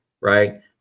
right